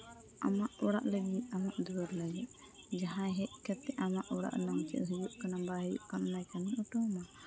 ᱟᱢᱟᱜ ᱚᱲᱟᱜ ᱞᱟᱹᱜᱤᱫ ᱟᱢᱟᱜ ᱫᱷᱚᱨᱚᱢ ᱞᱟᱹᱜᱤᱫ ᱡᱟᱦᱟᱸᱭ ᱦᱮᱡ ᱠᱟᱛᱮᱫ ᱟᱢᱟᱜ ᱚᱲᱟᱜ ᱨᱮᱱᱟᱝ ᱪᱮᱫ ᱦᱩᱭᱩᱜ ᱠᱟᱱᱟ ᱵᱟᱭ ᱦᱩᱭᱩᱜ ᱠᱟᱱᱟ ᱠᱟᱹᱢᱤ ᱦᱚᱴᱚ ᱟᱢᱟ